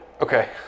Okay